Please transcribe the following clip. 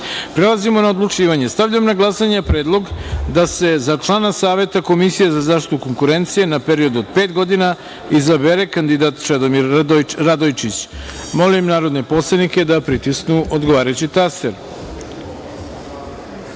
na odlučivanje. Stavljam na glasanje Predlog da se za člana Saveta komisije za zaštitu konkurencije na period od pet godina izabere kandidat Čedomir Radojčić. Molim poslanike da pritisnu odgovarajući